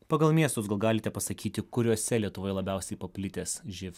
pagal miestus galite pasakyti kuriuose lietuvoje labiausiai paplitęs živ